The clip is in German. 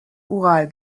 ural